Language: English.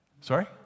sorry